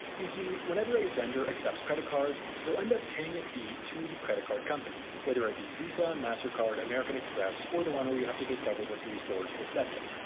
you see, whenever a vendor accepts credit cards, they'll end up paying a fee to the credit card company whether it be visa, mastercard, american express, or the one where you have to discover the three stores that accept it.